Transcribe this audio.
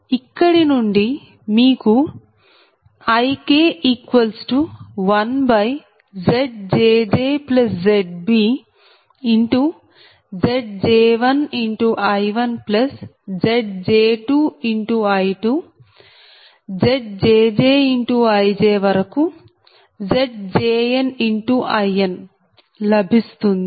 ఇక్కడి నుండి మీకు Ik 1ZjjZbZj1I1Zj2I2ZjjIjZjnIn లభిస్తుంది